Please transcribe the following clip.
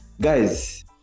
Guys